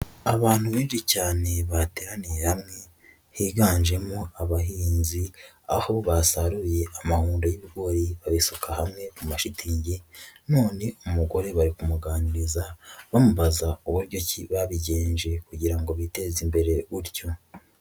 Abantu benshi cyane bateraniye hamwe biganjemo abahinzi, aho basaruye amahundo y'ibigori babisuka hamwe kuma shitingi, none umugore bari kumuganiriza bamubaza uburyo babigenje kugira ngo biteze imbere utyo.